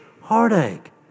heartache